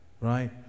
right